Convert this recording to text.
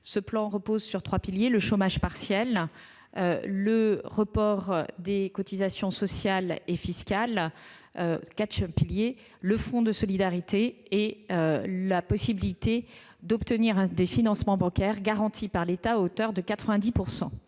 Ce plan repose sur quatre piliers : le chômage partiel, le report des cotisations sociales et fiscales, le fonds de solidarité et la possibilité d'obtenir des financements bancaires garantis par l'État à hauteur de 90 %.